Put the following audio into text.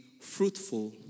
fruitful